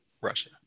Russia